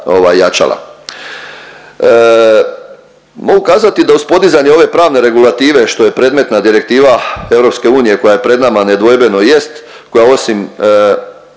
Mogu kazati da uz podizanje ove pravne regulative što je predmetna direktiva EU koja je pred nama nedvojbeno jest, koja osim